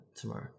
tomorrow